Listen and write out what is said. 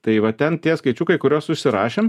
tai va ten tie skaičiukai kuriuos užsirašėm